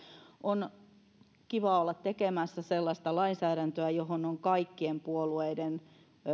on kivaa olla tekemässä sellaista lainsäädäntöä johon on kaikkien puolueiden